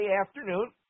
afternoon